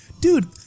dude